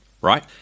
right